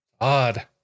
odd